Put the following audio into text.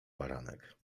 baranek